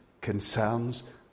concerns